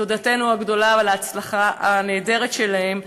תודתנו הגדולה על ההצלחה הנהדרת שלהם,